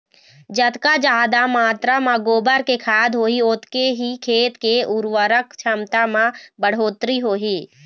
जतका जादा मातरा म गोबर के खाद होही ओतके ही खेत के उरवरक छमता म बड़होत्तरी होही